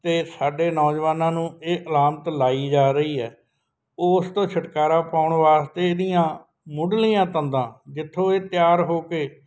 ਅਤੇ ਸਾਡੇ ਨੌਜਵਾਨਾਂ ਨੂੰ ਇਹ ਅਲਾਮਤ ਲਾਈ ਜਾ ਰਹੀ ਹੈ ਉਸ ਤੋਂ ਛੁਟਕਾਰਾ ਪਾਉਣ ਵਾਸਤੇ ਇਹਦੀਆਂ ਮੁੱਢਲੀਆਂ ਤੰਦਾਂ ਜਿੱਥੋਂ ਇਹ ਤਿਆਰ ਹੋ ਕੇ